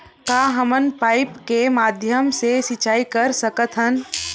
का हमन पाइप के माध्यम से सिंचाई कर सकथन?